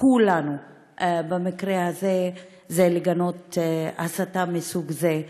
כולנו במקרה הזה לגנות הסתה מסוג זה.